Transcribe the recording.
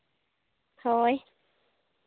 ᱦᱳᱭ